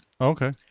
Okay